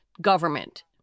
government